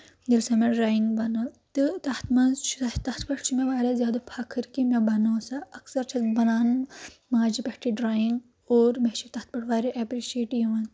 ییٚلہِ سۄ مےٚ ڈرایِنٛگ بَنٲو تہٕ تَتھ منٛز چھُ تَتھ پؠٹھ چھُ مےٚ واریاہ زیادٕ فخٕر کہِ مےٚ بَنٲو سۄ اکثر چھَس بَناوان ماجہِ پؠٹھٕے ڈرایِنٛگ اور مےٚ چھِ تَتھ پؠٹھ واریاہ ایٚپرِشیٹ یِوان